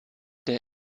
der